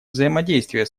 взаимодействие